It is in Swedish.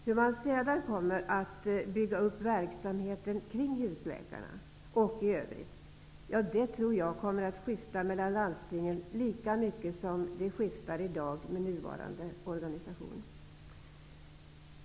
Hur man sedan kommer att bygga upp verksamheten kring husläkarna osv., tror jag kommer att skifta mellan landstingen lika mycket som det skiftar i dag med nuvarande organisation.